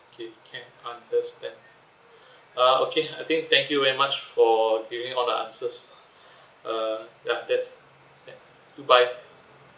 okay can understand uh okay I think thank you very much for giving all the answers uh ya that's goodbye